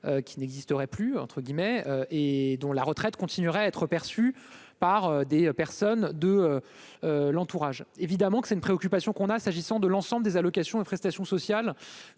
qui n'existerait plus, entre guillemets, et dont la retraite continuera à être perçu par des personnes de l'entourage, évidemment que c'est une préoccupation qu'on a, s'agissant de l'ensemble des allocations et prestations sociales